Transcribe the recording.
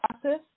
process